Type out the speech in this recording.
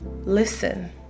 listen